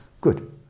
Good